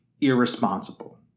irresponsible